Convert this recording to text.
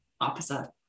opposite